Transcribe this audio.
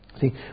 See